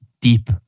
deep